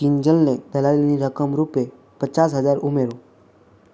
કિંજલને દલાલીની રકમ રૂપે પચાસ હજાર ઉમેરો